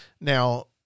Now